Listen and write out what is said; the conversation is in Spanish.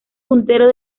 puntero